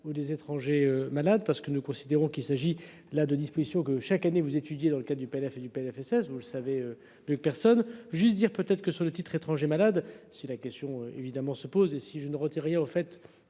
ou des étrangers malades parce que nous considérons qu'il s'agit là de dispositions que chaque année vous étudiez dans le cas du PLF et du PLFSS, vous le savez mieux personne juste dire peut-être que sur les titres étrangers malades. Si la question évidemment se pose et si je ne retire rien au fait